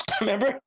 Remember